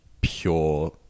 pure